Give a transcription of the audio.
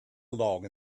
along